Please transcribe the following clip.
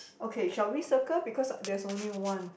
okay shall we circle because there's only one